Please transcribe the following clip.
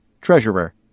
Treasurer